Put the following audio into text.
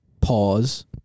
pause